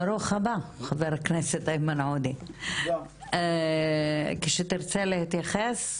ברוך הבא חברת הכנסת איימן עודא, כשתרצה להתייחס.